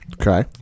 Okay